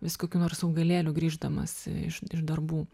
vis kokių nors augalėlių grįždamas iš iš darbų